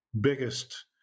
biggest